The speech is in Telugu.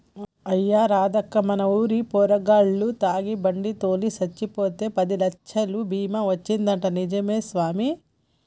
అయ్యా రాదక్కా మన ఊరు పోరగాల్లు తాగి బండి తోలి సచ్చిపోతే పదిలచ్చలు బీమా వచ్చిందంటా నిజమే సామి